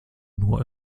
nur